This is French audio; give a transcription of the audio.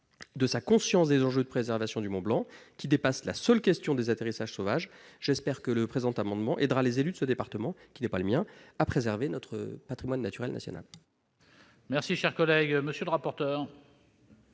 est conscient des enjeux de préservation du Mont-Blanc, qui dépassent la seule question des atterrissages sauvages. J'espère que le présent amendement aidera les élus de ce département, qui n'est pas le mien, à préserver notre patrimoine naturel national. Quel est l'avis de la